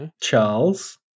Charles